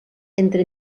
entre